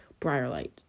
Briarlight